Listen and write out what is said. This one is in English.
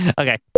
okay